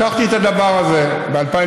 לקחתי את הדבר הזה ב-2009,